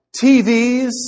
TVs